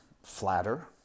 Flatter